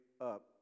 up